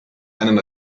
einen